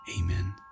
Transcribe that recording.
Amen